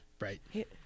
Right